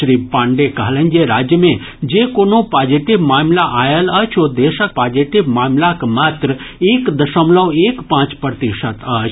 श्री पांडेय कहलनि जे राज्य मे जे कोनो पॉजिटिव मामिला आयल अछि ओ देशक पॉजिटिव मामिलाक मात्र एक दशमलव एक पांच प्रतिशत अछि